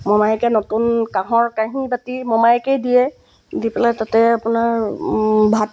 মমায়কে নতুন কাঁহৰ কাঁহী বাটি মমায়াকেই দিয়ে দি পেলাই তাতে আপোনাৰ ভাত